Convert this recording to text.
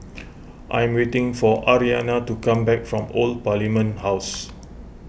I'm waiting for Aryanna to come back from Old Parliament House